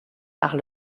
par